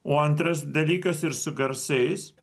o antras dalykas ir su garsais